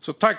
Fru talman!